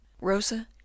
Rosa